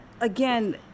again